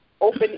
open